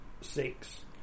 six